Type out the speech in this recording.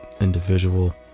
individual